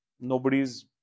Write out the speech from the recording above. nobody's